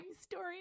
story